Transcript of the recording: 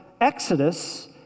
Exodus